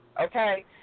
Okay